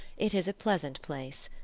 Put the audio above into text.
it is a pleasant place.